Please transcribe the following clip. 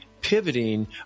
pivoting